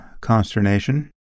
consternation